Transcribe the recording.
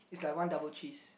is like one double cheese